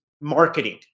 marketing